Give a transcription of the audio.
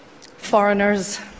foreigners